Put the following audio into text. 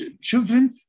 children